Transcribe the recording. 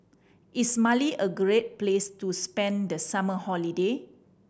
is Mali a great place to spend the summer holiday